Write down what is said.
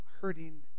hurting